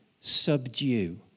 subdue